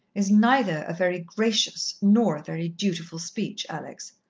is neither a very gracious nor a very dutiful speech, alex.